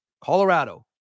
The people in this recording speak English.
colorado